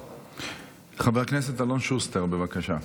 חבר הכנסת אלון שוסטר, בבקשה.